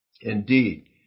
Indeed